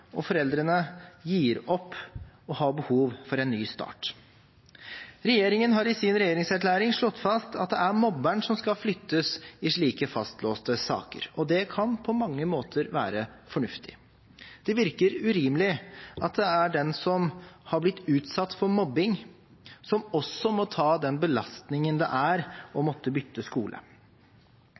og foreldrene gir opp og har behov for en ny start. Regjeringen har i sin regjeringserklæring slått fast at det er mobberen som skal flyttes i slike fastlåste saker, og det kan på mange måter være fornuftig. Det virker urimelig at det er den som har blitt utsatt for mobbing, som også må ta den belastningen det er å måtte bytte skole.